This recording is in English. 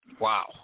Wow